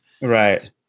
Right